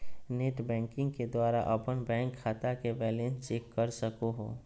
net banking के द्वारा अपन बैंक खाता के बैलेंस चेक कर सको हो